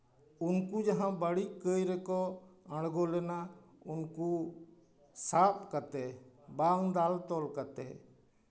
ᱩᱱᱠᱩ ᱡᱟᱦᱟᱸ ᱵᱟᱹᱲᱤᱡ ᱠᱟᱹᱭ ᱨᱮᱠᱚ ᱟᱬᱜᱳ ᱞᱮᱱᱟ ᱩᱱᱠᱩ ᱥᱟᱵ ᱠᱟᱛᱮᱜ ᱵᱟᱝ ᱫᱟᱞ ᱛᱚᱞ ᱠᱟᱛᱮᱜ